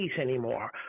anymore